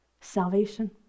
salvation